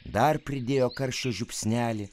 dar pridėjo karščio žiupsnelį